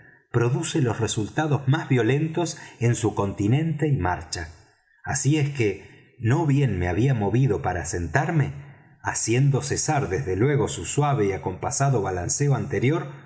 produce los resultados más violentos en su continente y marcha así es que no bien me había movido para sentarme haciendo cesar desde luego su suave y acompasado balanceo anterior